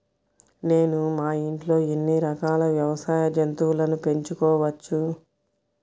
నేను మా ఇంట్లో ఎన్ని రకాల వ్యవసాయ జంతువులను పెంచుకోవచ్చు?